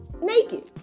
naked